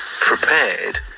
prepared